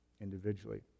individually